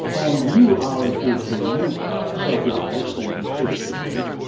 and you are a gp, you save lives and you treat people.